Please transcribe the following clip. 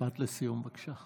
משפט לסיום, בבקשה.